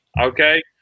okay